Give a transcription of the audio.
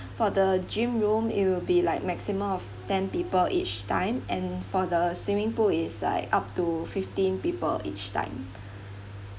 for the gym room it will be like maximum of ten people each time and for the swimming pool it's like up to fifteen people each time